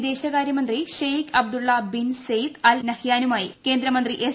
വിദേശകാരൃമന്ത്രി Sheikh Abdullah bin Zayed Al നഹ്യാനുമായി കേന്ദ്രമന്ത്രി എസ്